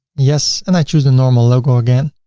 yes and i choose the normal logo again,